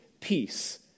peace